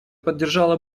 поддержала